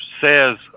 says